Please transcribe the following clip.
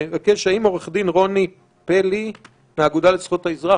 עורכת דין רוני פלי מהאגודה לזכויות האזרח,